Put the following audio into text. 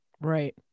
Right